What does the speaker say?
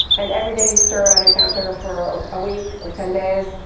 and every day you stir it on your counter for a week or ten days.